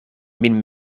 min